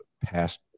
past